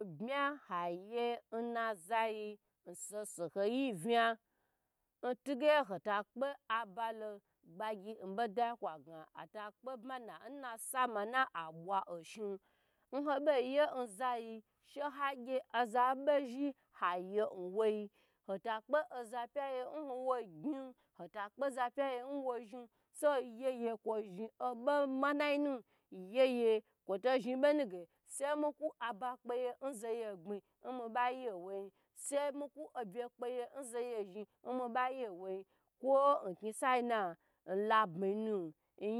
Kwo bmi ha ye nazayi nsoho son yi una mtige ho to kpe gbagyi nbod yi kwa ga atakpe bma na nna sa aba an oshi nho bo yina zayi noza bo zhi hayi nwoi hota kpe oza pya ye nwo gn hoto kpe zapya ye nwo zhi so yeye kwo zhi obo manayi nu yeye kwo ho zhi obonu ge siye mika aba kpeyi n zeye gbi nma ba yi nwoi sai mika abye kpayi n mi ba yi nwoyin kwo nkni sayi na kwon n labmi